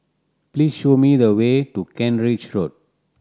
please show me the way to Kent Ridge Road